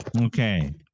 Okay